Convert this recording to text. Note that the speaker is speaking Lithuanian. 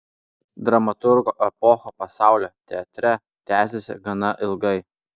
dramaturgo epocha pasaulio teatre tęsėsi gana ilgai